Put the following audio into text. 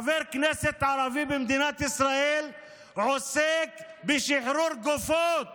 חבר כנסת ערבי במדינת ישראל עוסק בשחרור גופות